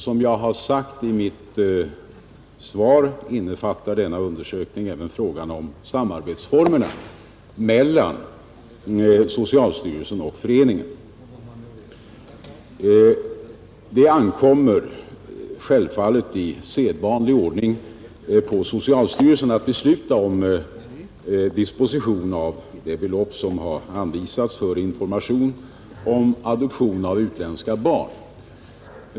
Som jag har sagt i mitt svar innefattar denna undersökning även frågan om formerna för samarbete mellan socialstyrelsen och föreningen, Det ankommer självfallet i sedvanlig ordning på socialstyrelsen att besluta om disposition av det belopp som har anvisats för information om adoption av utländska barn.